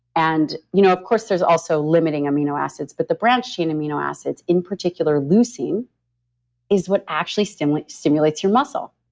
and you know of course, there's also limiting amino acids, but the branched-chain amino acids in particular leucine is what actually stimulates stimulates your muscle.